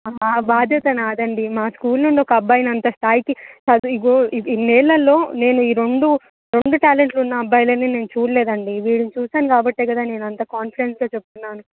బాధ్యత నాది అండి మా స్కూల్ నుండి ఒక అబ్బాయిని అంత స్థాయికి చదివి ఇగో ఇది ఇన్ని ఏళ్ళలో నేను ఈ రెండు రెండు ట్యాలెంట్లు ఉన్న అబ్బాయిలని నేను చూడలేదండి వీడిని చూశాను కాబట్టే కదా నేను అంత కాన్ఫిడెంట్స్గా చెప్తున్నాను